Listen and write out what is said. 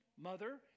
mother